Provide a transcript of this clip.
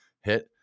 hit